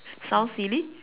sounds silly